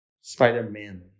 Spider-Man